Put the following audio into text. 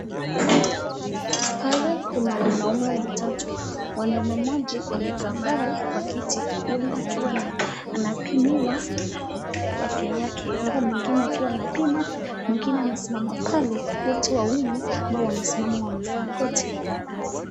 Pale kuna wanaume watatu, mwanaume mmoja amekaa pale kwa kiti huenda akiwa anapimiwa afya yake. Alafu mwingine akiwa anapima, mwingine amesimama pale, wote wawili ambao wamesimama wamevaa koti la kazi.